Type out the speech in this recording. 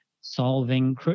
solving